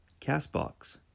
CastBox